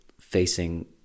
facing